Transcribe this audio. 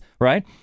right